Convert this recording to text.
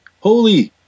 Holy